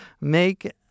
make